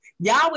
Yahweh